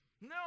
No